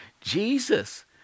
Jesus